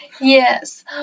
Yes